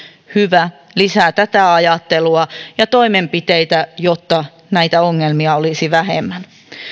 hyvä lisää tätä ajattelua ja toimenpiteitä jotta näitä ongelmia olisi vähemmän